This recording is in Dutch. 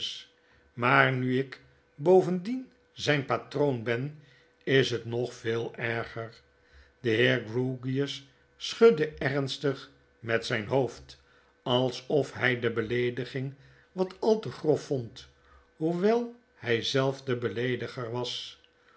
maar nu ik bovendien zyn patroon ben is het nog veel erger de heer grewgious schudde ernstig met zyn hoofd alsof hij de beleediging wat al te grof vond hoewel hij zelf de beleediger was